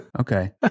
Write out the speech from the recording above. Okay